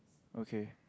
okay